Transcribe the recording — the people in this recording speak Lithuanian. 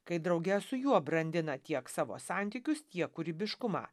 kai drauge su juo brandina tiek savo santykius tiek kūrybiškumą